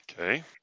Okay